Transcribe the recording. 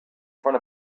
front